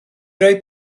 roi